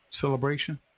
celebration